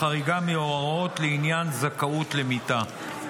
בחריגה מהוראות לעניין זכאות למיטה.